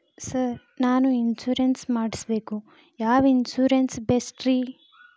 Sir ನಾನು insurance ಮಾಡಿಸಬೇಕು ಯಾವ ಇನ್ಶೂರೆನ್ಸ್ ಬೆಸ್ಟ್ರಿ?